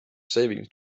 savings